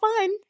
fun